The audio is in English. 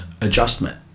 adjustment